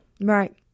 Right